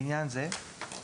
לעניין זה - יראו,